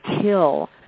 kill